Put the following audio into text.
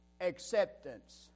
acceptance